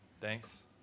Thanks